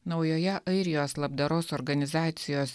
naujoje airijos labdaros organizacijos